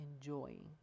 enjoying